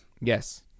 yes